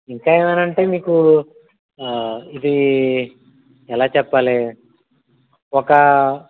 ఇంకా ఏమన్న అంటే మీకు ఇది ఎలా చెప్పాలి ఒక